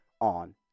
on